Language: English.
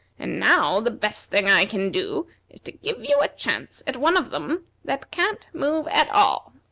and now the best thing i can do is to give you a chance at one of them that can't move at all.